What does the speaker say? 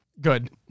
Good